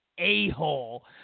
A-hole